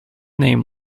name